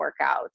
workouts